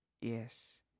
Yes